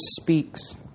speaks